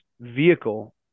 vehicle